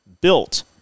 Built